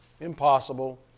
Impossible